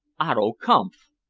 otto kampf!